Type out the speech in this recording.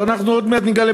אנחנו עוד מעט נגלה,